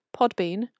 Podbean